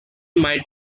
might